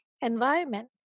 environment